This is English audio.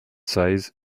says